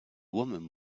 woman